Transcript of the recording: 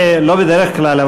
לא בדרך כלל,